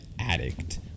addict